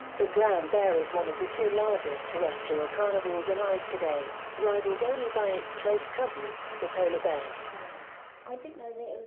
the brown bear is one of the two largest terrestrial carnivores alive today. rivalled only by its close cousin the polar bear i didn't know that